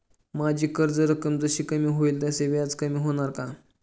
माझी कर्ज रक्कम जशी कमी होईल तसे व्याज कमी होणार का?